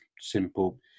simple